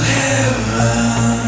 heaven